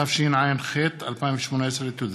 התשע"ח 2018. תודה.